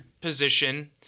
position